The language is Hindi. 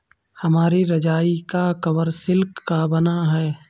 हमारी रजाई का कवर सिल्क का बना है